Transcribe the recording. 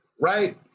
right